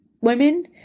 women